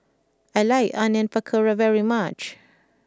I like Onion Pakora very much